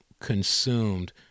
consumed